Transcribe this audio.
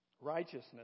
Righteousness